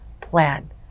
plan